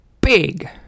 big